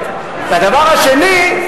והדבר השני,